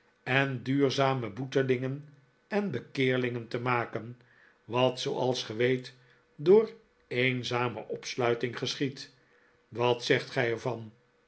en duurzame boetelingen en bekeerlingen te maken wat zooals ge weet door eenzame opsluiting geschiedt wat zegt gij er